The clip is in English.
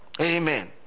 Amen